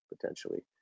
potentially